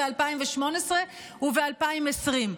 ב-2018 וב-2020.